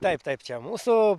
taip taip čia mūsų